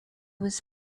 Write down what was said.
was